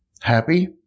happy